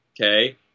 okay